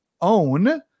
own